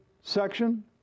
section